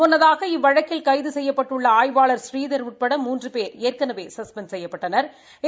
முன்னதாக இவ்வழக்கில் கைது கசுய்யப்பட்டுள்ள ஆய்வாள் ப்ரீதர் உட்பட மூன்று பேர் ஏற்கனவே சஸ்பெண்ட் செய்யப்படடனா்